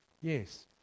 Yes